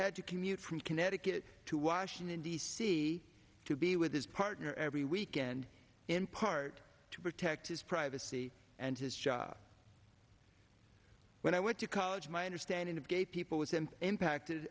had to commute from connecticut to washington d c to be with his partner every weekend in part to protect his privacy and his job when i went to college my understanding of gay people was and impacted